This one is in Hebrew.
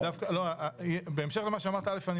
אל"ף,